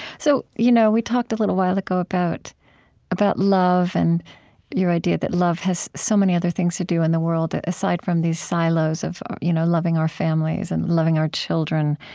so, you know we talked a little while ago about about love and your idea that love has so many other things to do in the world, aside from these silos of you know loving our families and loving our children.